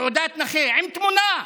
תעודת נכה עם תמונה.